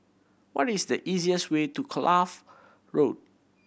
what is the easiest way to Kloof Road